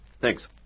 Thanks